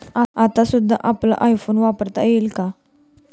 आता सुद्धा आपला आय बॅन वापरता येईल का?